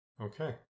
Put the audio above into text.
Okay